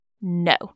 no